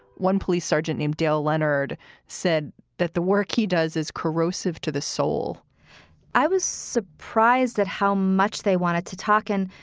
one police sergeant named dale leonard said that the work he does is corrosive to the soul i was surprised at how much they wanted to talk. and,